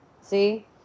see